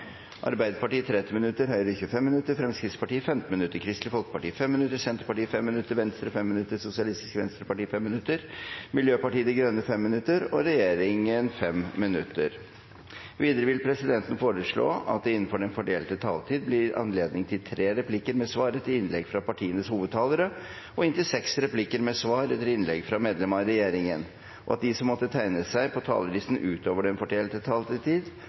Arbeiderpartiet 30 minutter, Høyre 25 minutter, Fremskrittspartiet 15 minutter, Kristelig Folkeparti 5 minutter, Senterpartiet 5 minutter, Venstre 5 minutter, Sosialistisk Venstreparti 5 minutter, Miljøpartiet De Grønne 5 minutter og regjeringen 5 minutter. Videre vil presidenten foreslå at det blir gitt anledning til replikkordskifte på inntil tre replikker med svar etter innlegg fra partienes hovedtalerne og inntil seks replikker med svar etter innlegg fra medlemmer av regjeringen innenfor den fordelte taletid. Videre foreslås det at de som måtte tegne seg på talerlisten utover den fordelte taletid,